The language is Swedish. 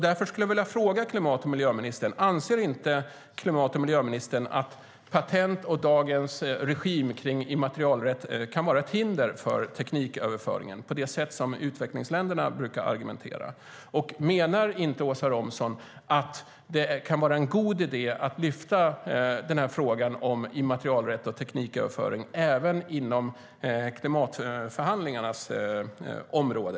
Därför skulle jag vilja fråga klimat och miljöministern: Anser inte Åsa Romson att patent och dagens regim i fråga om immaterialrätt kan vara ett hinder för tekniköverföringen på det sätt som utvecklingsländerna brukar argumentera? Menar inte Åsa Romson att det kan vara en god idé att lyfta fram frågan om immaterialrätt och tekniköverföring även inom klimatförhandlingarnas område?